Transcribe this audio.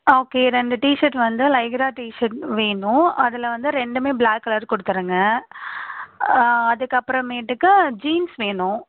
okay ரெண்டு t-shirt வந்து lycra t-shirt வேணும் அதில் வந்து ரெண்டுமே ப்ளாக் கலர் கொடுத்துருங்க அதுக்கு அப்புறமேட்டுக்கு ஜீன்ஸ் வேணும்